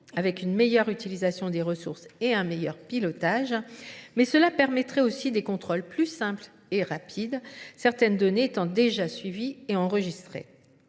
avec une meilleure utilisation des ressources et un meilleur pilotage, mais cela permettrait aussi des contrôles plus simples et rapides, certaines données étant déjà suivies et enregistrées.